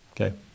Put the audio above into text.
Okay